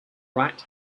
right